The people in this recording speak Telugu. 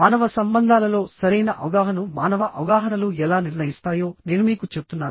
మానవ సంబంధాలలో సరైన అవగాహనను మానవ అవగాహనలు ఎలా నిర్ణయిస్తాయో నేను మీకు చెప్తున్నాను